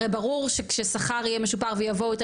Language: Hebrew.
הרי ברור ששכר יהיה משופר ויבואו יותר